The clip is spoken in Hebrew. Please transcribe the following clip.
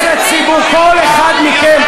כל אחד מכם,